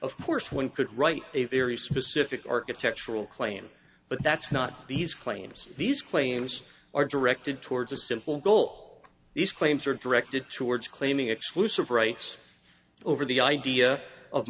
of course one could write a very specific architectural claim but that's not these claims these claims are directed towards a simple goal these claims are directed towards claiming exclusive rights over the idea of